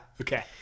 Okay